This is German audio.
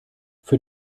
für